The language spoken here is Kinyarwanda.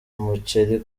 umuceri